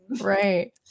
Right